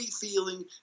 feeling